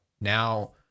now